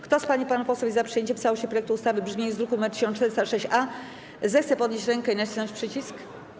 Kto z pań i panów posłów jest za przyjęciem w całości projektu ustawy w brzmieniu z druku nr 1406, zechce podnieść rękę i nacisnąć przycisk.